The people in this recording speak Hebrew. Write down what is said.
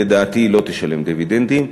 לדעתי היא לא תשלם דיבידנדים,